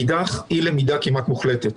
מאידך, אי למידה כמעט מוחלטת.